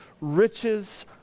riches